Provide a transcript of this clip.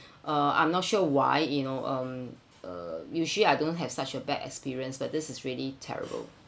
uh I'm not sure why you know um uh usually I don't have such a bad experience but this is really terrible